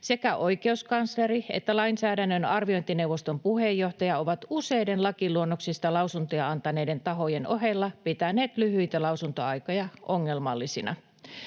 Sekä oikeuskansleri että lainsäädännön arviointineuvoston puheenjohtaja ovat useiden lakiluonnoksista lausuntoja antaneiden tahojen ohella pitäneet lyhyitä lausuntoaikoja ongelmallisina.